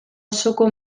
osoko